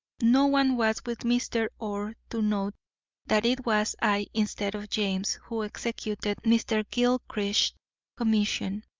no one was with mr. orr to note that it was i instead of james who executed mr. gilchrist's commission.